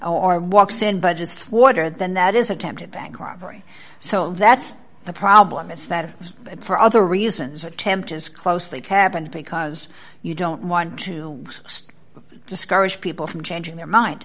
alarm walks in by just water then that is attempted bank robbery so that's the problem is that for other reasons attempt as closely it happened because you don't want to discourage people from changing their mind